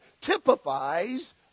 typifies